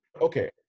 okay